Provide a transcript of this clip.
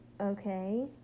okay